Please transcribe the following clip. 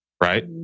Right